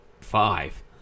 five